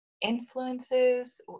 influences